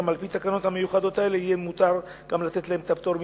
גם על-פי התקנות המיוחדות האלה יהיה מותר לתת גם להם את הפטור,